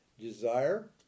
Desire